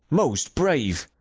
most brave!